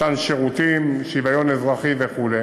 מתן שירותים, שוויון אזרחי וכו'.